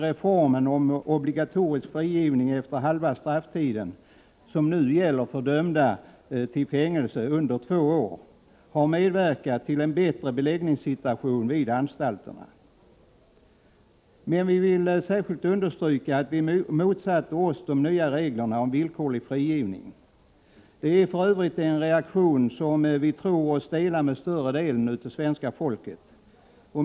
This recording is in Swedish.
reformen om obligatorisk frigivning efter halva strafftiden och de nu gällande reglerna för dem som dömts till fängelse på upp till två år har medverkat till en bättre beläggningssituation vid anstalterna. Vi vill emellertid särskilt understryka att vi motsatte oss de nya reglerna om villkorlig frigivning. Det är för övrigt en reaktion som vi tror oss dela med större delen av svenska folket.